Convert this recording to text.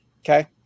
Okay